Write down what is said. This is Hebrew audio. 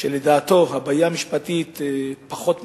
שלדעתו הבעיה המשפטית פחות מפריעה,